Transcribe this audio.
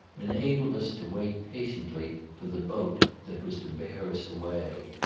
enabled us to wait patiently for the boat that was to bear us away.